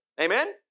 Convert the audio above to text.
Amen